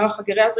המערך הגריאטרי,